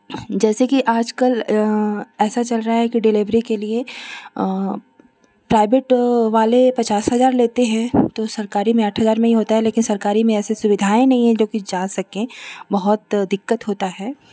जैसे कि आजकल ऐसा चल रहा है कि डिलीभरी के लिए प्राइवेट वाले पचास हजार लेते हैं तो सरकारी में आठ हजार में ही होता है लेकिन सरकारी में ऐसी सुविधा नहीं है जोकि जा सकें बहुत दिक्कत होता है